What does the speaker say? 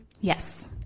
Yes